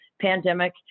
pandemic